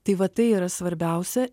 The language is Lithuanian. tai va tai yra svarbiausia